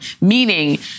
meaning—